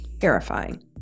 terrifying